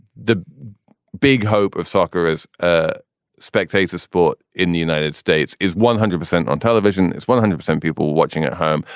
the big hope of soccer as a spectator sport in the united states is one hundred percent on television. it's one hundred percent people watching at home.